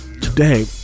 Today